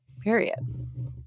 period